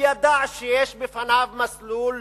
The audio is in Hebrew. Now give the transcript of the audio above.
וידע שיש בפניו מסלול,